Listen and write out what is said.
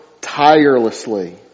tirelessly